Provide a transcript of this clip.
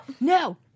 No